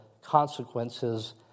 consequences